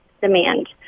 demand